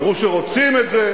אמרו שרוצים את זה,